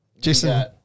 Jason